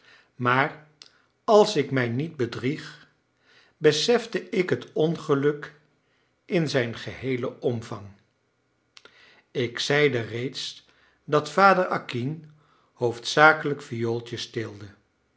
maar als ik mij niet bedrieg besefte ik het ongeluk in zijn geheelen omvang ik zeide reeds dat vader acquin hoofdzakelijk viooltjes